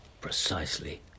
Precisely